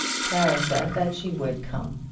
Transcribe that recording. clara said that she would come.